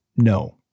No